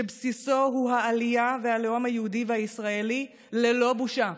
שבסיסו הוא העלייה והלאום היהודי והישראלי ללא בושה.